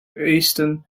eastern